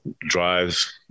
drives